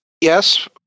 Yes